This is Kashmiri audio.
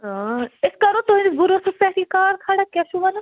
أسۍ کَرو تہٕنٛدِس بروسس پیٚٹھ یہِ کار کھڑا کیٛاہ چھو وَنان